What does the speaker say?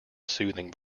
soothing